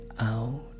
out